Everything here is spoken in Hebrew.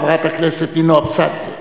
אחריו, חברת הכנסת נינו אבסדזה.